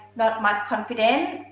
not more confident.